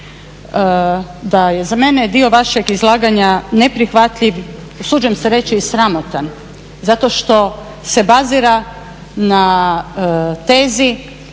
da je za mene dio vašeg izlaganja neprihvatljiv, usuđujem se reći i sramotan, zato što se bazira na tezi